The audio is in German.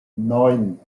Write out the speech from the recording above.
neun